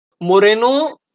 Moreno